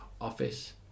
office